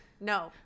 no